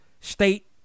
state